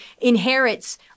inherits